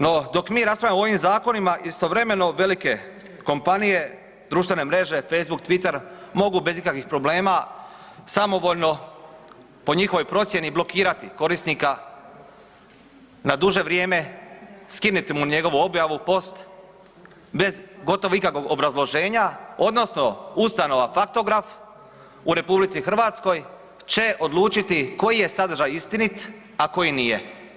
No, dok mi raspravljamo o ovim zakonima, istovremeno velike kompanije, društvene mreže, Facebook, Twitter, mogu bez ikakvih problema, samovoljno po njihovoj procjeni blokirati korisnika na duže vrijeme, skinuti mu njegovu objavu, post bez gotovo ikakvog obrazloženja odnosno ustanova Faktograf u RH će odlučiti koji je sadržaj istinit a koji nije.